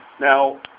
Now